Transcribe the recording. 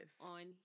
on